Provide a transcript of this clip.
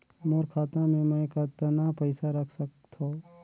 मोर खाता मे मै कतना पइसा रख सख्तो?